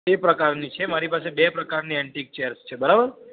એ પ્રકારની છે મારી પાસે બે પ્રકારની એન્ટિક ચેર્સ છે બરાબર